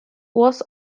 was